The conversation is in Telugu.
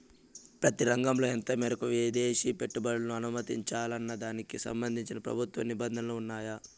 ప్రతి రంగంలో ఎంత మేరకు విదేశీ పెట్టుబడులను అనుమతించాలన్న దానికి సంబంధించి ప్రభుత్వ నిబంధనలు ఉన్నాయా?